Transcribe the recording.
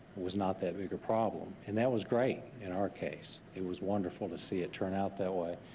was not that big a problem and that was great in our case. it was wonderful to see it turn out that way.